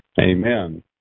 Amen